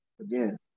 again